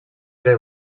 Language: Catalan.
era